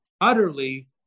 utterly